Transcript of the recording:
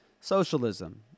socialism